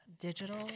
digital